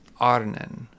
Arnen